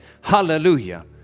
Hallelujah